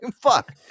Fuck